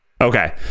Okay